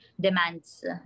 demands